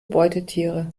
beutetiere